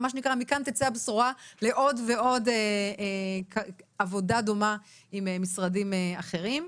שנקרא מכאן תצא הבשורה לעוד ועוד עבודה דומה עם משרדים אחרים.